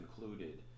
included